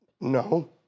No